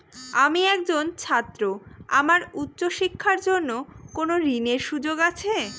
আমি একজন ছাত্র আমার উচ্চ শিক্ষার জন্য কোন ঋণের সুযোগ আছে?